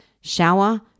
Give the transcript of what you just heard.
Shower